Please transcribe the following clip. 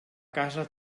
casa